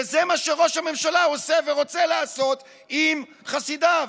וזה מה שראש הממשלה עושה ורוצה לעשות עם חסידיו.